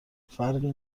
فرقی